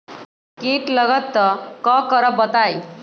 कीट लगत त क करब बताई?